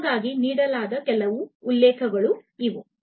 ನಿಮಗಾಗಿ ನೀಡಲಾದ ಕೆಲವು ಉಲ್ಲೇಖಗಳು ಇವು